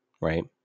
right